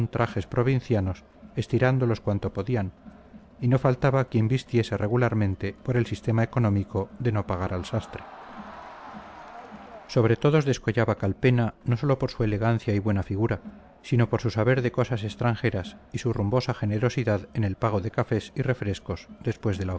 trajes provincianos estirándolos cuanto podían y no faltaba quien vistiese regularmente por el sistema económico de no pagar al sastre sobre todos descollaba calpena no sólo por su elegancia y buena figura sino por su saber de cosas extranjeras y su rumbosa generosidad en el pago de cafés y refrescos después de la